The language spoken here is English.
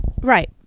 Right